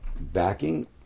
backing